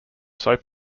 soap